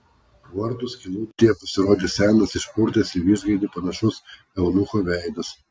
vartų skylutėje pasirodė senas išpurtęs į vištgaidį panašus eunucho veidas